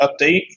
update